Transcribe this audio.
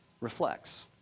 reflects